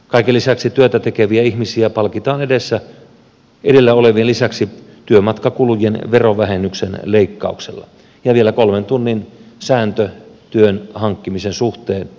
kaiken lisäksi työtä tekeviä ihmisiä palkitaan edellä olevien lisäksi työmatkakulujen verovähennyksen leikkauksella ja vielä kolmen tunnin säännöllä työn hankkimisen suhteen edellisten kilometrisääntöjen sijasta